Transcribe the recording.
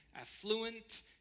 affluent